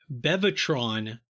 Bevatron